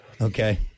Okay